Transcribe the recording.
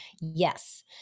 Yes